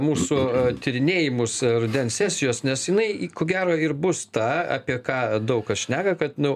mūsų tyrinėjimus rudens sesijos nes jinai ko gero ir bus ta apie ką daug kas šneka kad nu